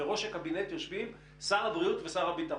בראש הקבינט יושבים שר הבריאות ושר הביטחון.